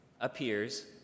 appears